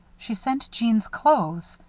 she sent jeanne's clothes,